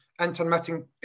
intermittent